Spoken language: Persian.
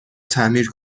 تعمیر